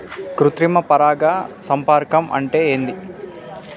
కృత్రిమ పరాగ సంపర్కం అంటే ఏంది?